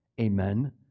Amen